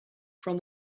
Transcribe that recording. from